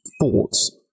thoughts